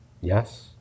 yes